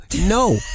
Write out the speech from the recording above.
no